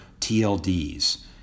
TLDs